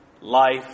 life